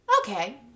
okay